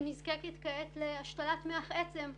שנזקקת כעת להשתלת מח עצם,